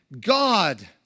God